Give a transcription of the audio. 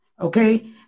Okay